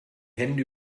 hände